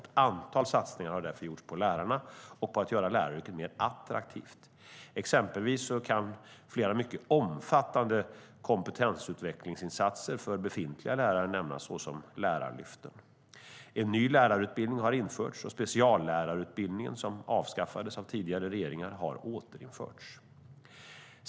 Ett antal satsningar har därför gjorts på lärarna och på att göra läraryrket mer attraktivt. Exempelvis kan flera mycket omfattande kompetensutvecklingsinsatser för befintliga lärare nämnas, såsom Lärarlyften. En ny lärarutbildning har införts, och speciallärarutbildningen - som avskaffades av tidigare regeringar - har återinförts.